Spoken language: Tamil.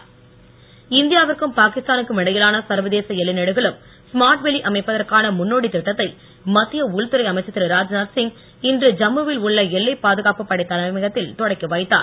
ராத்நாத் இந்தியாவிற்கும் பாகிஸ்தானுக்கும் இடையிலான சர்வதேச எல்லை நெடுகிலும் ஸ்மார்ட் வேலி அமைப்பதற்கான முன்னோடி திட்டத்தை மத்திய உள்துறை அமைச்சர் திரு ராக்நாத் சிங் இன்று ஜம்மு வில் உள்ள எல்லைப் பாதுகாப்பு படை தலைமையகத்தில் தொடக்கி வைத்தார்